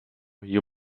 you